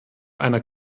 einer